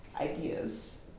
ideas